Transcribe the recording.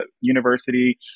university